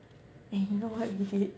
and you know what we did